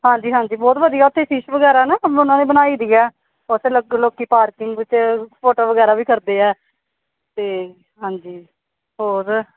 ਹਾਂਜੀ ਹਾਂਜੀ ਬਹੁਤ ਵਧੀਆ ਉੱਥੇ ਫਿਸ਼ ਵਗੈਰਾ ਨਾ ਸਭ ਉਹਨਾਂ ਨੇ ਬਣਾਈ ਦੀ ਆ ਉੱਥੇ ਲੱਗ ਲੋਕ ਪਾਰਕਿੰਗ ਵਿੱਚ ਫੋਟੋ ਵਗੈਰਾ ਵੀ ਕਰਦੇ ਆ ਅਤੇ ਹਾਂਜੀ ਹੋਰ